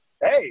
Hey